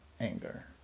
anger